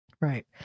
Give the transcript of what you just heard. right